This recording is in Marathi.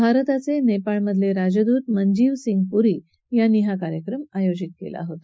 भारताचे नेपाळमधील राजदूत मनजीव सिंग पुरी यांनी हा कार्यक्रम आयोजित केला होता